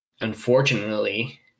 unfortunately